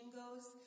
goes